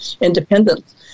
independence